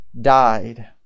died